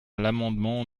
l’amendement